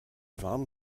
warm